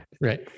Right